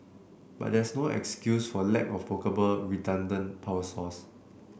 but there is no excuse for lack of workable redundant power source